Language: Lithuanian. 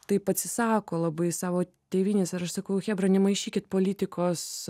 taip atsisako labai savo tėvynės ir aš sakau chebra nemaišykit politikos